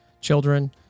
children